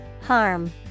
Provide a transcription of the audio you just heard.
Harm